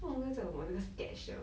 不懂那个是叫什么的那个 sketch 的